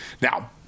Now